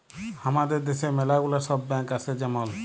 হামাদের দ্যাশে ম্যালা গুলা সব ব্যাঙ্ক আসে যেমল